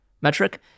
metric